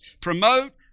promote